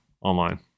online